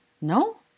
No